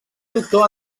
doctor